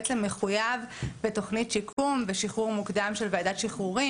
בעצם מחויב בתוכנית שיקום בשחרור מוקדם של ועדת שחרורים,